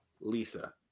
Lisa